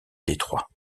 détroit